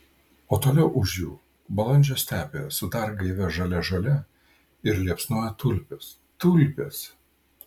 o toliau už jų balandžio stepė su dar gaivia žalia žole ir liepsnoja tulpės tulpės